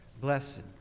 blessed